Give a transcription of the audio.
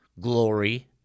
glory